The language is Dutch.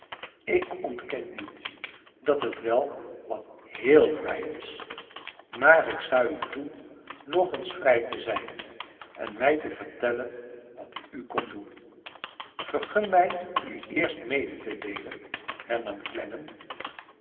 ik ontken niet dat het wel wat heel vrij is maar ik sta u toe nog eens vrij te zijn en mij te vertellen wat u komt doen vergun mij u eerst mede te deelen